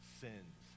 sins